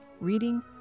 reading